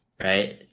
right